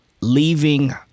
leaving